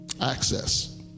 Access